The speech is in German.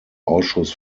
ausschuss